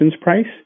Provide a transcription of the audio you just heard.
price